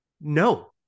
No